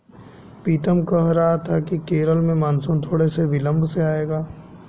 पीतम कह रहा था कि केरल में मॉनसून थोड़े से विलंब से आएगा